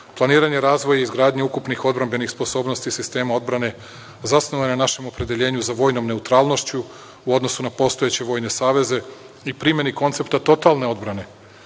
Planiranje razvoja i izgradnje ukupnih odbrambenih sposobnosti sistema odbrane zasnovano je na našem opredeljenju za vojnom neutralnošću u odnosu na postojeće vojne saveze i primeni koncepta totalne odbrane,